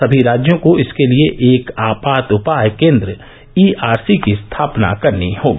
सभी राज्यों को इसके लिए एक आपात उपाय केन्द्र ईआरसी की स्थापना करनी होगी